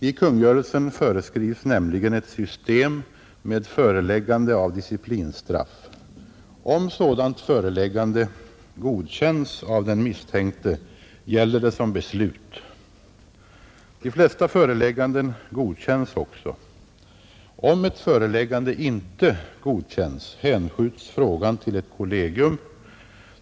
I kungörelsen föreskrivs nämligen ett system med föreläggande av disciplinstraff. Om sådant föreläggande godkänns av den misstänkte, gäller det som beslut. De flesta förelägganden godkänns också. Om ett föreläggande inte godkänns, hänskjuts frågan till ett kollegium.